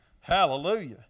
Hallelujah